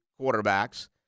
quarterbacks